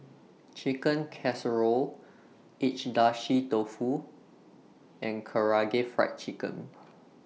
Chicken Casserole Agedashi Dofu and Karaage Fried Chicken